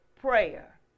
prayer